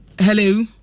Hello